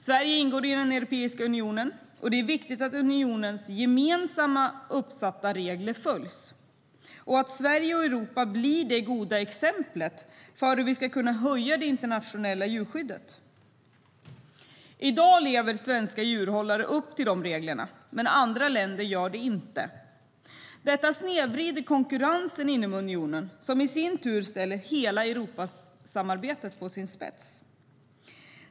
Sverige ingår i Europeiska unionen, och det är viktigt att unionens gemensamt uppsatta regler följs och att Sverige och Europa blir det goda exemplet för hur vi ska kunna höja det internationella djurskyddet.I dag lever svenska djurhållare upp till reglerna medan andra länder inte gör det. Detta snedvrider konkurrensen inom unionen, vilket i sin tur ställer hela Europasamarbetet på sin spets.